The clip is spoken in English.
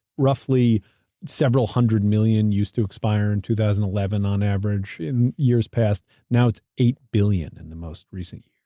roughly several hundred million used to expire in two thousand and eleven on average in years past. now it's eight billion in the most recent